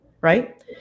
Right